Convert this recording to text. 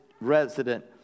resident